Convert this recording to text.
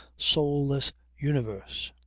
soulless universe.